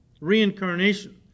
Reincarnation